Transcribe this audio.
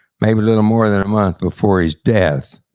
maybe a little more than a month before his death.